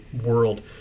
world